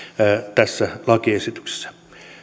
tässä lakiesityksessä